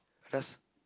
I just